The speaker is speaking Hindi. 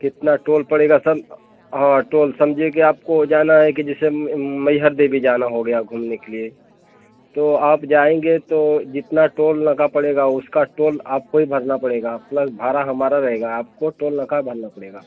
कितना टोल पड़ेगा सन हाँ टोल समझिए कि आपको जाना है कि जैसे मैहर देवी जाना हो गया घूमने के लिए तो आप जाएँगे तो जितना टोल नाका पड़ेगा उसका टोल आपको ही भरना पड़ेगा प्लस भाड़ा हमारा रहेगा आपको टोल नाका भरना पड़ेगा